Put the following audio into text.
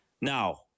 Now